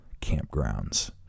campgrounds